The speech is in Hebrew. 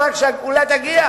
ורק שהגאולה תגיע.